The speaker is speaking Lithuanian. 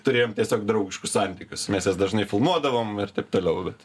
turėjom tiesiog draugiškus santykius mes jas dažnai filmuodavom ir taip toliau bet